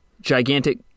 gigantic